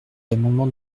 l’amendement